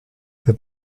for